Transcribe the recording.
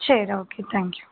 சரி okay thank you